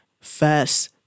first